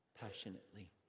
passionately